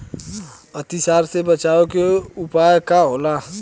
अतिसार से बचाव के उपाय का होला?